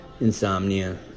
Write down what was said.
insomnia